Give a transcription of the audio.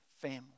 family